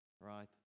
right